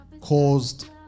caused